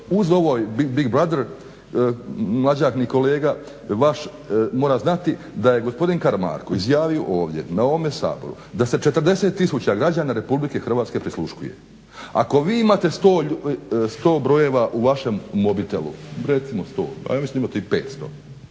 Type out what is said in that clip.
uz ovaj Big Brother mlađahni kolega vaš mora znati da je gospodin Karamarko izjavio ovdje na ovom Saboru da se 40 tisuća građana Republike Hrvatske prisluškuje. Ako vi imate 100 brojeva u vašem mobitelu, recimo 100, a ja mislim da imate i 500,